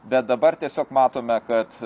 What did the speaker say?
bet dabar tiesiog matome kad